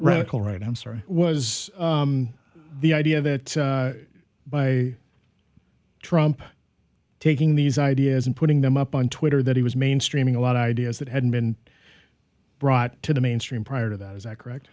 radical right i'm sorry was the idea that by trump taking these ideas and putting them up on twitter that he was mainstreaming a lot of ideas that hadn't been brought to the mainstream prior to that is that correct